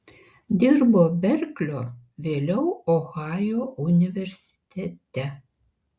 dirbo berklio vėliau ohajo universitete